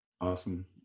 Awesome